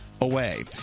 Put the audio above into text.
away